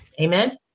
Amen